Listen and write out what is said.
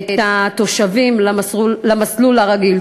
את התושבים למסלול הרגיל.